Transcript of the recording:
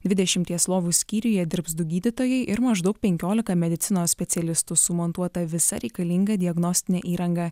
dvidešimties lovų skyriuje dirbs du gydytojai ir maždaug penkiolika medicinos specialistų sumontuota visa reikalinga diagnostinė įranga